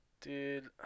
Dude